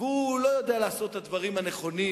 והוא לא יודע לעשות את הדברים הנכונים,